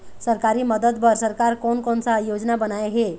सरकारी मदद बर सरकार कोन कौन सा योजना बनाए हे?